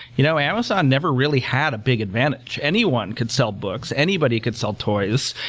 you know amazon never really had a big advantage. anyone could sell books. anybody could sell toys.